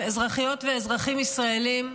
אזרחיות ואזרחים ישראלים,